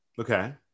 Okay